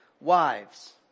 Wives